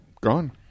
Gone